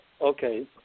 okay